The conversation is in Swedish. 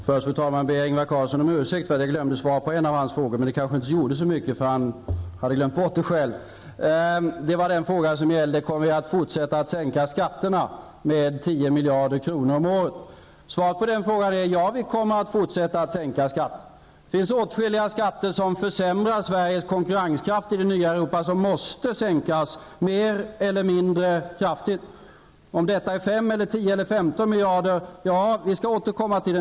Fru talman! Först ber jag Ingvar Carlsson om ursäkt för att jag glömde svara på en av hans frågor. Men det kanske inte gjorde så mycket, eftersom han själv hade glömt bort det. Ingvar Carlsson frågade om vi kommer att fortsätta sänka skatterna med 10 miljarder kronor om året. Svaret på den frågan är: Ja, vi kommer att fortsätta sänka skatterna. Det finns åtskilliga skatter som försämrar Sveriges konkurrenskraft i det nya Europa och som måste sänkas mer eller mindre kraftigt. Om sänkningen skall bli på 5, 10 eller 15 miljarder kronor får vi återkomma till.